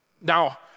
Now